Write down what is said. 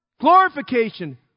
glorification